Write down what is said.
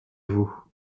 vous